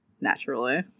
Naturally